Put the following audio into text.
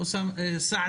למשל סאמי